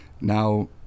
Now